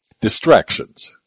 Distractions